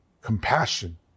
compassion